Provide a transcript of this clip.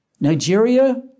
Nigeria